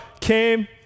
came